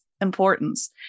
importance